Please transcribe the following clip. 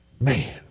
Man